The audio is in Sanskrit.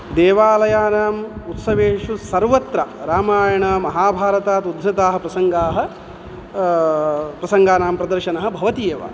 देवालयानाम् उत्सवेषु सर्वत्र रामायणमहाभारतादुद्धृताः प्रसङ्गाः प्रसङ्गानां प्रदर्शनः भवति एव